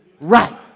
right